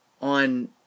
on